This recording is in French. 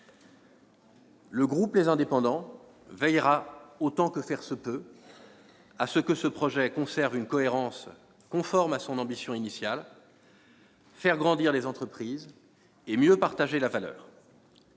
Le groupe Les Indépendants veillera autant que faire se peut à ce que le projet conserve une cohérence conforme à son ambition initiale : faire grandir les entreprises et mieux partager la valeur.